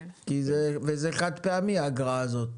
וזה חד פעמי האגרה הזאת.